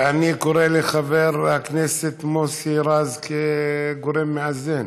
אני קורא לחבר הכנסת מוסי רז, כגורם מאזן.